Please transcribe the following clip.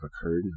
occurred